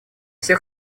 все